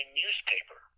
newspaper